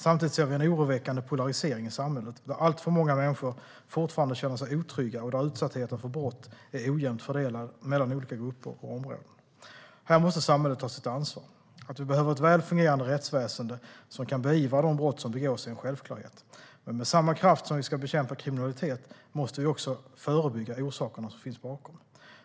Samtidigt ser vi en oroväckande polarisering i samhället, där alltför många människor fortfarande känner sig otrygga och där utsattheten för brott är ojämnt fördelad mellan olika grupper och områden. Här måste samhället ta sitt ansvar. Att vi behöver ett väl fungerande rättsväsen som kan beivra de brott som begås är en självklarhet. Men med samma kraft som vi ska bekämpa kriminalitet måste vi också förebygga orsakerna som finns bakom.